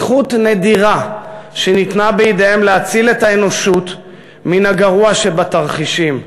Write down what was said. זכות נדירה שניתנה בידיהם להציל את האנושות מן הגרוע שבתרחישים.